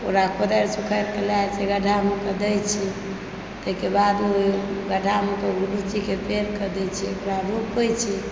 ओकरा कोदारिसंँ उखारिके लए जाइत छै गढ्ढामे कऽ दए छै ताहिके बाद ओहि गड्ढ़ाके लीचीके पेड़के दए छै ओकरा रोपए छै